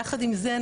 יחד עם זה,